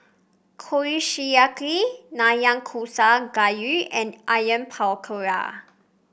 Kushiyaki Nanakusa Gayu and Onion Pakora